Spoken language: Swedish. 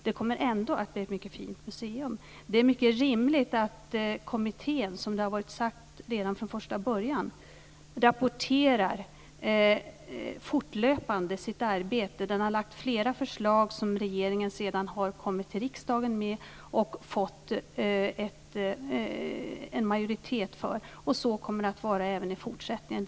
Det kommer ändå att bli ett mycket fint museum. Det är högst rimligt att kommittén fortlöpande rapporterar sitt arbete, som det sades redan från första början. Kommittén har kommit med flera förslag som regeringen sedan lagt fram för riksdagen och fått majoritet för. Så kommer det att vara även i fortsättningen.